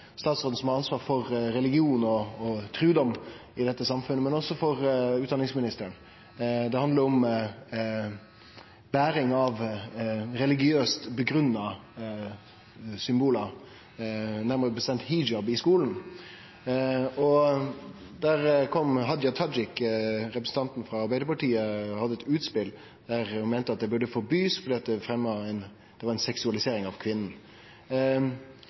statsråden som har ansvar for religion og trudom i dette samfunnet, og for utdanningsministeren. Det handlar om å bere religiøst motiverte symbol, nærmare bestemt hijab, i skulen. Der kom Hadia Tajik, representant frå Arbeidarpartiet, og hadde eit utspel der ho meinte at ein burde forby det fordi at det var ei seksualisering av